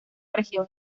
región